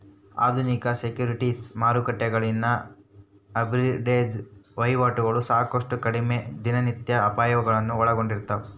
ಆಧುನಿಕ ಸೆಕ್ಯುರಿಟೀಸ್ ಮಾರುಕಟ್ಟೆಗಳಲ್ಲಿನ ಆರ್ಬಿಟ್ರೇಜ್ ವಹಿವಾಟುಗಳು ಸಾಕಷ್ಟು ಕಡಿಮೆ ದಿನನಿತ್ಯದ ಅಪಾಯಗಳನ್ನು ಒಳಗೊಂಡಿರ್ತವ